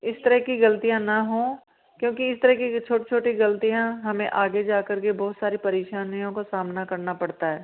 इस तरह की गलतियाँ ना हों क्योंकि इस तरह की छोटी छोटी गलतियाँ हमें आगे जा करके के बहुत सारी परेशानियों का सामना करना पड़ता हैं